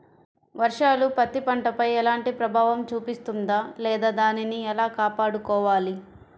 వర్షాలు పత్తి పంటపై ఎలాంటి ప్రభావం చూపిస్తుంద లేదా దానిని ఎలా కాపాడుకోవాలి?